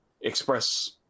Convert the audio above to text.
express